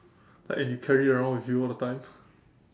like and you carry around with you all the time